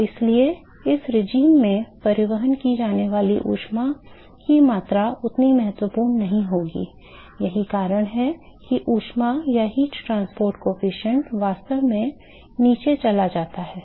तो इसलिए इस regime में परिवहन की जाने वाली ऊष्मा की मात्रा उतनी महत्वपूर्ण नहीं होगी और यही कारण है कि ऊष्मा परिवहन गुणांक वास्तव में नीचे चला जाता है